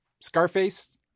Scarface